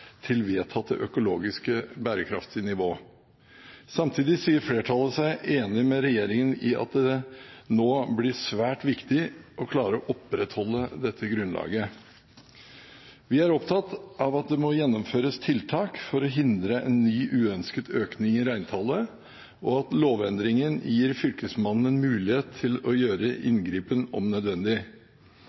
til vedtatt økologisk bærekraftig nivå. Samtidig sier flertallet seg enig med regjeringen i at det nå blir svært viktig å klare å opprettholde dette grunnlaget. Vi er opptatt av at det må gjennomføres tiltak for å hindre en ny uønsket økning i reintallet, og at lovendringen gir Fylkesmannen en mulighet til å gjøre inngripen om nødvendig.